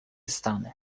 stany